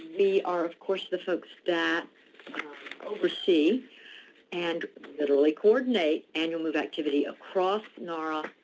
we are, of course, the folks that oversee and literally coordinate annual move activity across nara